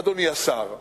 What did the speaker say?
אדוני השר,